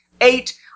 Eight